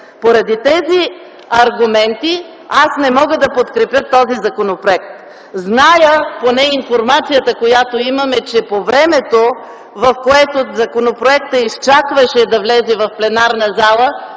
Поради тези аргументи аз не мога да подкрепя този законопроект. Зная, поне информацията, която имам, е, че по времето, в което законопроектът изчакваше да влезе в пленарната зала,